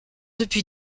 depuis